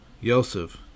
yosef